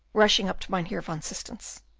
rushing up to mynheer van systens.